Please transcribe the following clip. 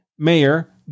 mayor